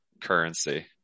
currency